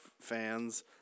fans